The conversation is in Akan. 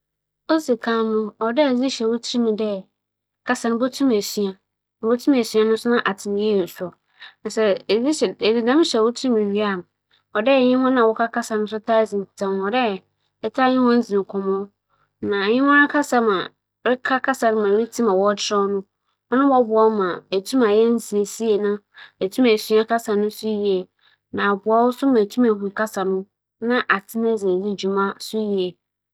Mosusu dɛ sɛ me nyɛnko bi rusua kasa fofor bi na ͻberɛ dɛ ͻdze bedzi dwuma wͻ ne kasaa mu a, odzi kan no dza ͻwͻ dɛ ͻyɛ nye dɛ ͻbͻ mbͻdzen dɛ dabaa ͻbɛtsena hͻn a wͻka dɛm kasa no hͻn ntamu na sɛ ͻrekasa so a mma ͻmmfa nnhyɛ ne tsir mu dɛ obetsi ntsi ͻnnka. ͻmfa nhyɛ ne tsir mu dɛ sɛ otsi a nna wͻkyerɛ no ma ohu dɛm ntsi ma ͻtse biara ͻbɛka ma oetsi na ͻakyerɛ no.